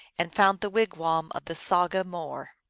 and found the wigwam of the saga more.